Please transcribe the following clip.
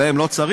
להם לא צריך?